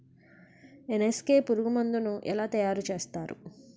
NSK పురుగు మందు ను ఎలా తయారు చేస్తారు?